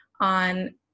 on